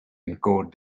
encode